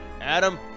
Adam